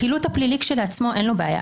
החילוט הפלילי כשלעצמו אין לו בעיה.